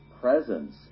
presence